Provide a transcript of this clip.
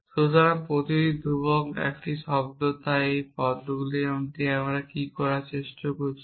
সুতরাং প্রতিটি ধ্রুবক একটি শব্দ তাই এই পদগুলি কি যা আমরা কথা বলছি